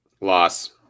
Loss